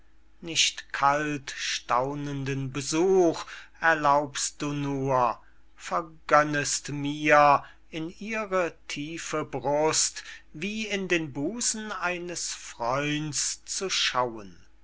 nicht kalt staunenden besuch erlaubst du nur vergönnest mir in ihre tiefe brust wie in den busen eines freund's zu schauen